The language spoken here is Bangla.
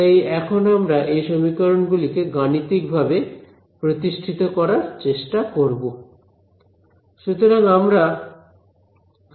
তাই এখন আমরা এই সমীকরণ গুলিকে গাণিতিকভাবে প্রতিষ্ঠিত করার চেষ্টা করব